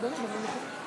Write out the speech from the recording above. הם מוכנים להצבעה ידנית.